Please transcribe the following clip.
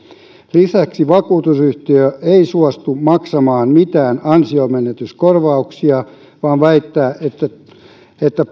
lisäksi vakuutusyhtiö ei suostu maksamaan mitään ansionmenetyskorvauksia vaan väittää että että